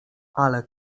ale